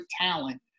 talent